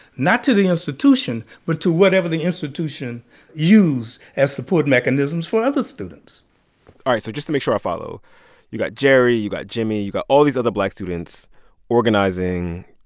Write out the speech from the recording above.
not to the institution, but to whatever the institution used as support mechanisms for other students all right. so just to make sure i follow you got jerry, you got jimmy. you got all these other black students organizing,